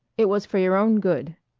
it was for your own good.